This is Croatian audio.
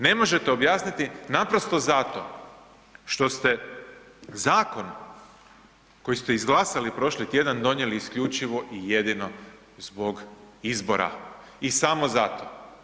Ne možete objasniti naprosto zato što ste zakon koji te izglasali prošli tjedan, donijeli isključivo i jedino zbog izbora i samo za to.